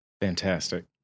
Fantastic